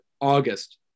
august